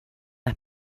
las